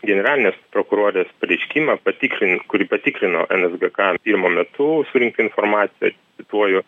generalinės prokurorės pareiškimą patikslin kuri patikrino nsgk tyrimo metu surinktą informaciją cituoju